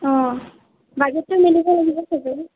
অঁ বাজেটটো মিলিব লাগিব সবৰে